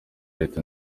leta